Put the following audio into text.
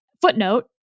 Footnote